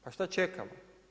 Pa šta čekamo.